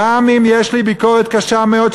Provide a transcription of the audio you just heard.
גם אם יש לי ביקורת קשה מאוד,